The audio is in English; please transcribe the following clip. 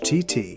tt